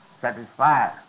satisfied